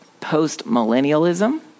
post-millennialism